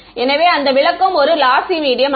எனவே அந்த விளக்கம் ஒரு லாசி மீடியம் அல்ல